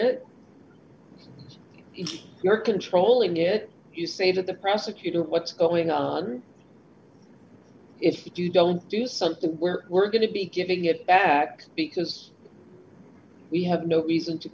it you're controlling it you say that the prosecutor what's going on if you don't do something where we're going to be giving it back because we have no reason to